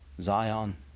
Zion